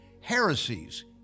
heresies